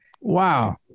Wow